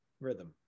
Rhythm